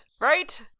Right